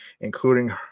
including